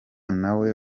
nawe